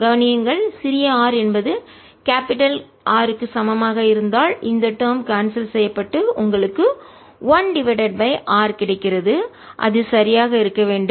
கவனியுங்கள் சிறிய r என்பது கேபிடல் பெரிய R க்கு சமமாக இருந்தால் இந்த டேர்ம் கான்செல் செய்யப்பட்டு உங்களுக்கு 1 டிவைடட் r கிடைக்கிறது அது சரியாக இருக்க வேண்டும்